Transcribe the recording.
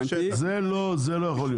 זה לא יכול להיות.